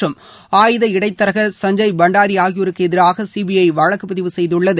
மற்றும் ஆயுத இடைத்தரகா் சஞ்செய் பண்டாரி ஆகியோருக்கு எதிராக சிபிஐ வழக்குப்பதிவு செய்துள்ளது